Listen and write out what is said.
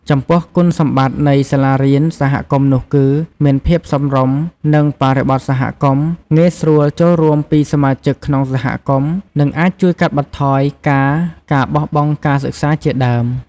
ចំពោះគុណសម្បត្តិនៃសាលារៀនសហគមន៍នោះគឺ មានភាពសមរម្យនឹងបរិបទសហគមន៍ ងាយស្រួលចូលរួមពីសមាជិកក្នុងសហគមន៍ និងអាចជួយកាត់បន្ថយការការបោះបង់ការសិក្សាជាដើម។